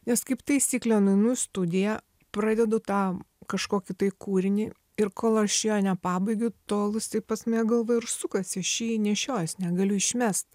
nes kaip taisyklė nueinu į studiją pradedu tam kažkokį tai kūrinį ir kol aš jo nepabaigiu tol jisai pas mane galvoj ir sukasi aš jį nešiojuos negaliu išmest